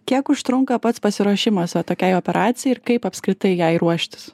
kiek užtrunka pats pasiruošimas va tokiai operacijai ir kaip apskritai jai ruoštis